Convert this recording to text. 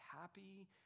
happy